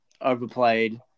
overplayed